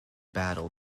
battle